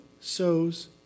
sows